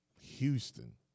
Houston